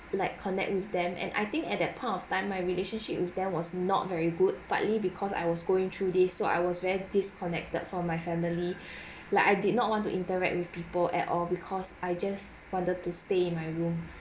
like connect with them and I think at that point of time my relationship with them was not very good partly because I was going through this so I was very disconnected from my family like I did not want to interact with people at all because I just wanted to stay in my room